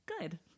Good